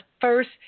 first